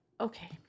Okay